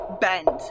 bend